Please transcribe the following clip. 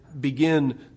begin